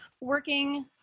working